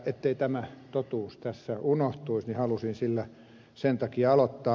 jottei tämä totuus tässä unohtuisi halusin sillä sen takia aloittaa